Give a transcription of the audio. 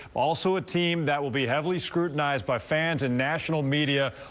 also a team that will be heavily scrutinized by fans and national media.